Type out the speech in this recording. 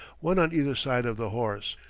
one on either side of the horse.